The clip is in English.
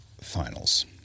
finals